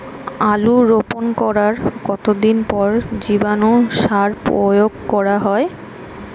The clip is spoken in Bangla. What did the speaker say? আলু রোপণ করার কতদিন পর জীবাণু সার প্রয়োগ করা হয়?